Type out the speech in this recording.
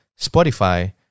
Spotify